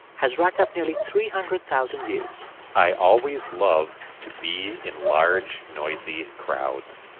has racked up nearly three hundred thousand views i always love to be in large, noisy crowds.